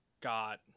got